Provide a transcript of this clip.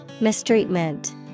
Mistreatment